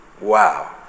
wow